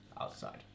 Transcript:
outside